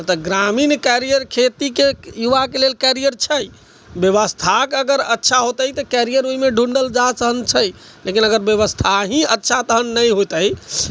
तऽ ग्रामीण कैरियर खेतीके युवाके लेल कैरियर छै व्यवस्थाके अगर अच्छा हौते तऽ कैरियर ओहिमे ढूँढल जा सकै छै लेकिन अगर व्यवस्था ही अच्छा तखन नहि हौते